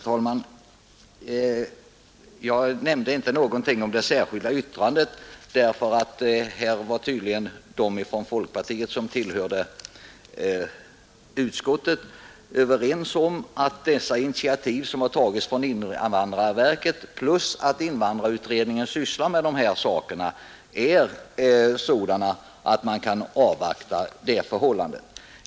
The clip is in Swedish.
Herr talman! Jag nämnde inte någonting om det särskilda yttrandet, eftersom de folkpartister som tillhör utskottet tydligen varit överens om att de initiativ som har tagits av invandrarverket plus det faktum att invandrarutredningen sysslar med de här frågorna är skäl nog för att ställa sig avvaktande.